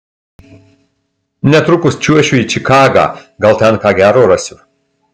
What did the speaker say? netrukus čiuošiu į čikagą gal ten ką gero rasiu